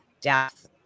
death